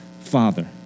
father